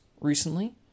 recently